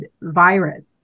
virus